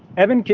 evan,